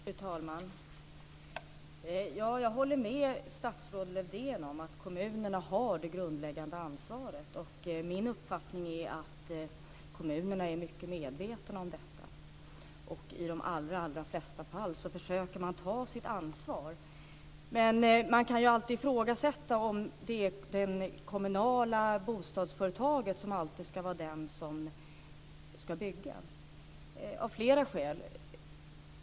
Fru talman! Jag håller med statsrådet Lövdén om att kommunerna har det grundläggande ansvaret. Min uppfattning är att kommunerna är mycket medvetna om detta. I de allra flesta fall försöker man också ta sitt ansvar. Men man kan av flera skäl ifrågasätta om det är det kommunala bostadsföretaget som alltid ska vara det som ska bygga.